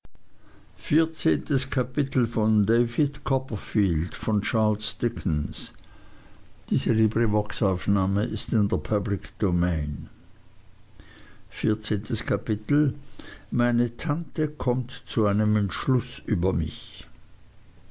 kapitel meine tante kommt zu einem entschluß über mich